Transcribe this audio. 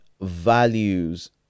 values